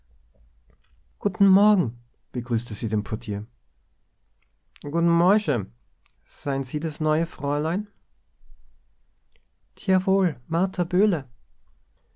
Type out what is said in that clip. guten morgen begrüßte sie den portier gu'n morsche sagte binder sein sie des neue fräulein